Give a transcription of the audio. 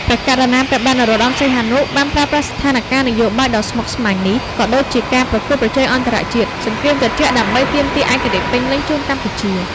ព្រះករុណាព្រះបាទ នរោត្តម សីហនុ បានប្រើប្រាស់ស្ថានការណ៍នយោបាយដ៏ស្មុគស្មាញនេះ ក៏ដូចជាការប្រកួតប្រជែងអន្តរជាតិ សង្គ្រាមត្រជាក់ដើម្បីទាមទារឯករាជ្យពេញលេញជូនកម្ពុជា។